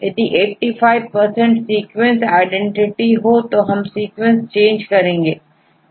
यदि85 sequence identity हो तो हम सीक्वेंस चेक करेंगे